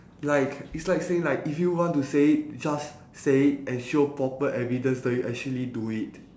like it's like saying like if you want to say it just say it and show proper evidence that you actually do it